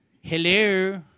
Hello